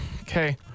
okay